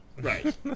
Right